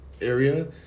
area